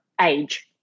age